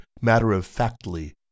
matter-of-factly